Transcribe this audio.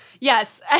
Yes